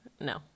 no